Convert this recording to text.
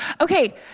Okay